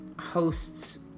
hosts